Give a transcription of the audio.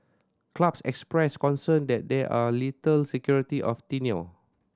clubs expressed concern that there are little security of tenure